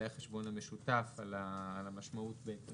החשבון המשותף על האפשרות?